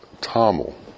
Tamil